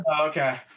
Okay